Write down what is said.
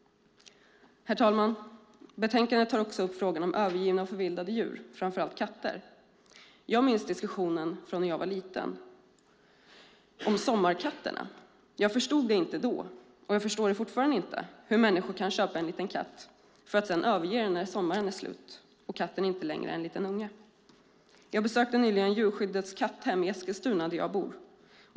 Herr talman! Betänkandet tar också upp frågan om övergivna och förvildade djur, framför allt katter. Jag minns diskussionen om sommarkatterna från när jag var liten. Jag förstod det inte då, och jag förstår fortfarande inte hur människor kan köpa en liten katt för att sedan överge den när sommaren är slut och katten inte längre är en liten unge. Jag besökte nyligen Djurskyddets katthem i min hemstad Eskilstuna.